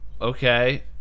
okay